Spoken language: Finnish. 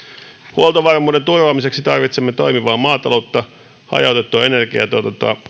huoltovarmuuden turvaamiseksi tarvitsemme toimivaa maataloutta hajautettua energiatuotantoa